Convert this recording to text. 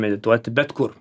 medituoti bet kur